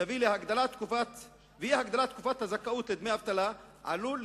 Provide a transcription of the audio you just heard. ואי-הגדלת תקופת הזכאות לדמי אבטלה עלולות